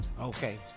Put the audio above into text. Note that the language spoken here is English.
Okay